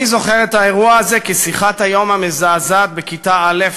אני זוכר את האירוע הזה כשיחת היום המזעזעת בכיתה א'